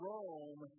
Rome